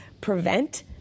prevent